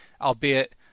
albeit